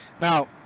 Now